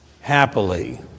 happily